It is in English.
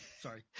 Sorry